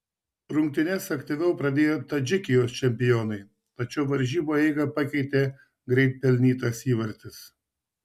rungtynes aktyviau pradėjo tadžikijos čempionai tačiau varžybų eigą pakeitė greit pelnytas įvartis